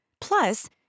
Plus